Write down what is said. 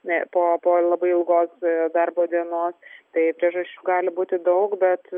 na po labai ilgos darbo dienos tai priežasčių gali būti daug bet